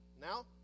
now